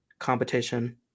competition